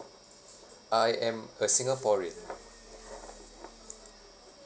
I am a singaporean